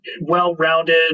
well-rounded